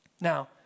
Now